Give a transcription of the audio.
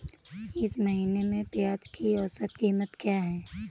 इस महीने में प्याज की औसत कीमत क्या है?